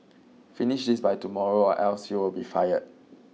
finish this by tomorrow or else you'll be fired